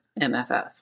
MFF